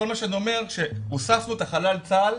כל מה שאני אומר זה שהוספנו את חלל צה"ל,